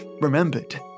remembered